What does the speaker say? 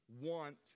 want